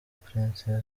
prince